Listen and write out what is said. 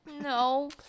No